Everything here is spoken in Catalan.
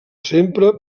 sempre